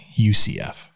UCF